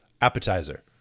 appetizer